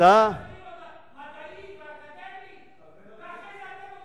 למה האוניברסיטאות בגירעון,